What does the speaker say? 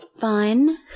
fun